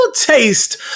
taste